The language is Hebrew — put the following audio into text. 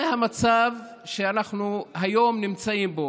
זה המצב שבו אנחנו נמצאים היום,